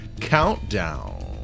countdown